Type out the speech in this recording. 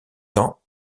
tend